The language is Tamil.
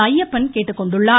அய்யப்பன் கேட்டுக்கொண்டுள்ளார்